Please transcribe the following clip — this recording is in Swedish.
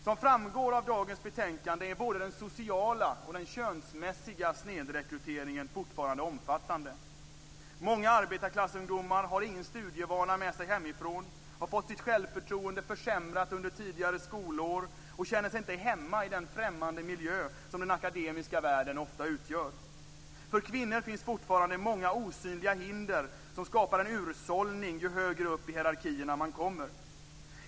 Som framgår av dagens betänkande är både den sociala och könsmässiga snedrekryteringen fortfarande omfattande. Många arbetarklassungdomar har ingen studievana med sig hemifrån, har fått sitt självförtroende försämrat under tidigare skolår och känner sig inte hemma i den främmande miljö som den akademiska världen ofta utgör. För kvinnor finns fortfarande många osynliga hinder som skapar en utsållning ju högre upp i hierarkierna man kommer.